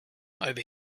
over